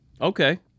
Okay